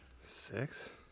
six